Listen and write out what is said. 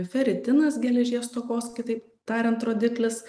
feritinas geležies stokos kitaip tariant rodiklis